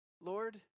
Lord